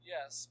Yes